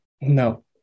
No